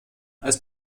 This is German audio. als